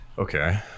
Okay